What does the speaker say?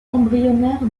embryonnaire